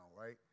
right